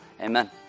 Amen